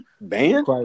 Band